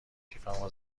کیفمو